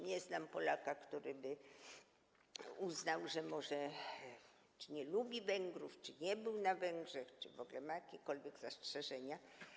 Nie znam Polaka, który by uznał, że może nie lubi Węgrów, czy nie był na Węgrzech, czy w ogóle ma jakiekolwiek zastrzeżenia.